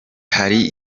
ahari